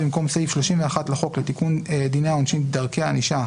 במקום "סעיף 31 לחוק לתיקון דיני העונשין (דרכי ענישה),